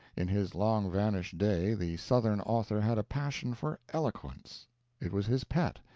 in his long-vanished day the southern author had a passion for eloquence it was his pet,